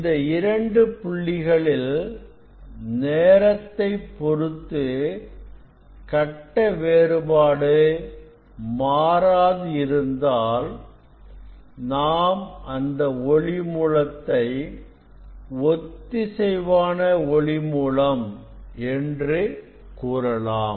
இந்த இரண்டு புள்ளிகளில் நேரத்தை பொறுத்து கட்ட வேறுபாடு மாறாது இருந்தால் நாம் அந்த ஒளி மூலத்தை ஒத்திசைவான ஒளி மூலம் என்று கூறலாம்